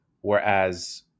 Whereas